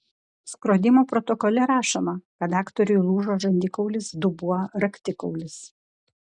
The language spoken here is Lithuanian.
skrodimo protokole rašoma kad aktoriui lūžo žandikaulis dubuo raktikaulis